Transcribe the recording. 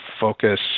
focus